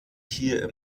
hier